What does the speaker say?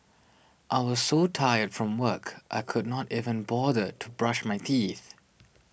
I was so tired from work I could not even bother to brush my teeth